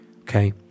Okay